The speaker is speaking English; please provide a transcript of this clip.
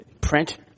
print